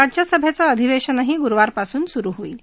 राज्यसभेचं अधिवेशनही गुरुवारपासून सुरु होईल